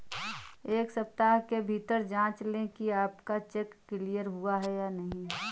एक सप्ताह के भीतर जांच लें कि आपका चेक क्लियर हुआ है या नहीं